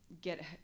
get